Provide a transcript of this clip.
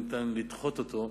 לא ניתן לדחות אותו,